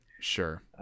Sure